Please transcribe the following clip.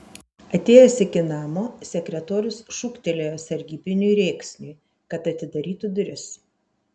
atėjęs iki namo sekretorius šūktelėjo sargybiniui rėksniui kad atidarytų duris